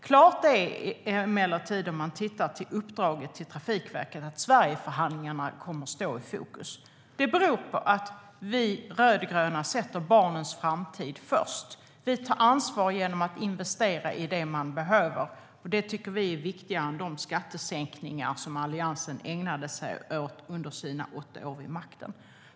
Ser man till uppdraget till Trafikverket är det emellertid klart att Sverigeförhandlingen kommer att stå i fokus. Det beror på att vi rödgröna sätter barnens framtid först. Vi tar ansvar genom att investera i det som behövs, och det tycker vi är viktigare än de skattesänkningar Alliansen ägnade sig åt under sina åtta år vid makten.